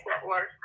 network